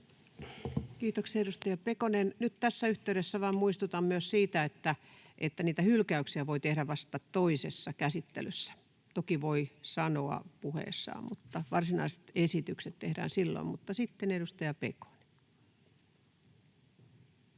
Kiitoksia. — Edustaja Pekonen. — Nyt tässä yhteydessä vain muistutan myös siitä, että niitä hylkäyksiä voi tehdä vasta toisessa käsittelyssä. Toki voi sanoa niitä puheessaan, mutta varsinaiset esitykset tehdään silloin. — Sitten edustaja Pekonen.